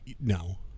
no